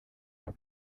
flee